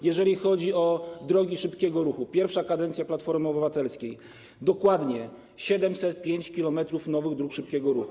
Jeżeli chodzi o drogi szybkiego ruchu, pierwsza kadencja Platformy Obywatelskiej - dokładnie 705 km nowych dróg szybkiego ruchu.